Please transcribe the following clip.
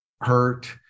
hurt